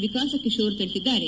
ವಿಕಾಸ ಕಿಶೋರ್ ತಿಳಿಸಿದ್ದಾರೆ